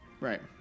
Right